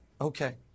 Okay